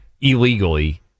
illegally